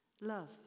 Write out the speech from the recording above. love